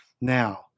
now